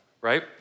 right